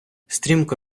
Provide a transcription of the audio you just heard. стрімко